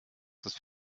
das